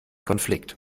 konflikt